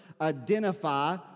identify